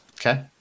Okay